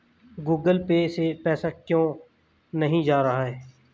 Google Pay से पैसा क्यों नहीं जा रहा है?